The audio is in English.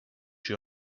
you